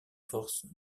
forces